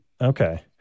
Okay